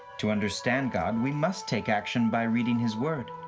to understand god, we must take action by reading his word.